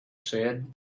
said